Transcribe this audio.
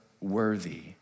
worthy